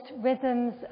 rhythms